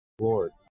Lord